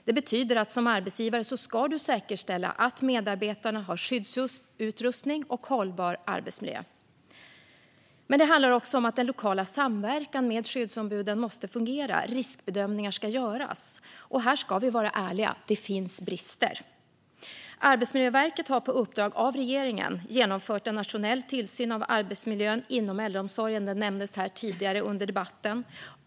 Det betyder att du som arbetsgivare ska säkerställa att medarbetarna har skyddsutrustning och en hållbar arbetsmiljö, men det handlar också om att den lokala samverkan med skyddsombuden måste fungera. Riskbedömningar ska göras, och här ska vi vara ärliga: Det finns brister. Arbetsmiljöverket har på uppdrag av regeringen genomfört en nationell tillsyn av arbetsmiljön inom äldreomsorgen, vilket nämndes tidigare under debatten.